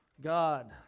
God